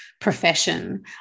profession